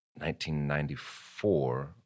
1994